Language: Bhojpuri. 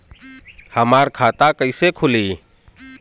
हमार खाता कईसे खुली?